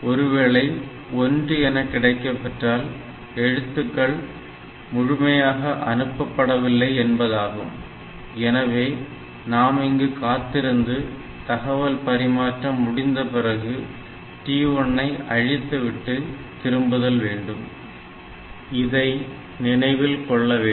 ஒருவேளை 1 என கிடைக்கப்பெற்றால் எழுத்துக்கள் முழுமையாக அனுப்பப்படவில்லை என்பதாகும் எனவே நாம் இங்கு காத்திருந்து தகவல் பரிமாற்றம் முடிந்த பிறகு TI ஐ அழித்துவிட்டு திரும்புதல் வேண்டும் இதை நினைவில் கொள்ள வேண்டும்